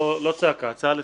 לא צעקה, הצעה לסדר.